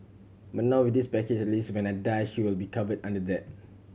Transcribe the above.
but now with this package at least when I die she will be covered under that